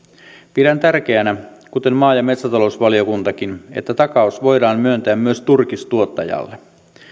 pidän tärkeänä kuten maa ja metsätalousvaliokuntakin että takaus voidaan myöntää myös turkistuottajalle